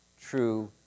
true